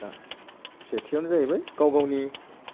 दा सेथियावनो जाहैबाय गाव गावनि